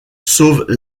sauve